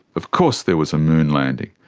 of course there was a moon landing.